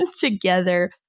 together